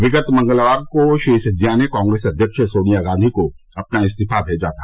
विगत मंगलवार को श्री सिंधिया ने कांग्रेस अध्यक्ष सोनिया गांधी को अपना इस्तीफा भेजा था